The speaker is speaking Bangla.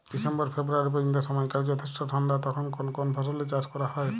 ডিসেম্বর ফেব্রুয়ারি পর্যন্ত সময়কাল যথেষ্ট ঠান্ডা তখন কোন কোন ফসলের চাষ করা হয়?